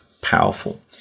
powerful